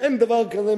אין דבר כזה,